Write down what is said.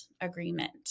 agreement